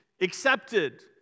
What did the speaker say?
accepted